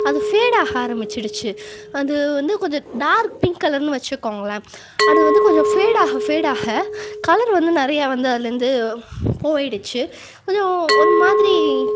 அது ஃபேடாக ஆரம்பிச்சிடுச்சு அது வந்து கொஞ்சம் டார்க் பிங்க் கலர்னு வச்சுக்கோங்களேன் அது வந்து கொஞ்சம் ஃபேடாக ஃபேடாக கலர் வந்து நிறைய வந்து அதுலேருந்து போயிடுச்சு கொஞ்சம் ஒரு மாதிரி